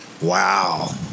Wow